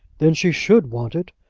then she should want it.